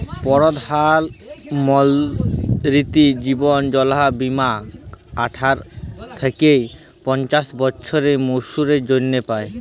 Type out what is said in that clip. পরধাল মলতিরি জীবল যজলা বীমা আঠার থ্যাইকে পঞ্চাশ বসরের মালুসের জ্যনহে পায়